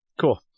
Cool